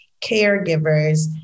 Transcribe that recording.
caregivers